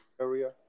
area